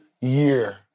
year